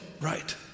right